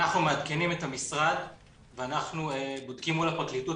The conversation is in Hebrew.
אנחנו מעדכנים את המשרד ואנחנו בודקים מול הפרקליטות